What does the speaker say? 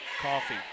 Coffee